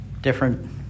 different